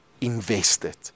invested